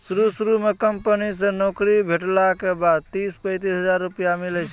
शुरू शुरू म कंपनी से नौकरी भेटला के बाद तीस पैंतीस हजार रुपिया मिलै छै